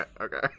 Okay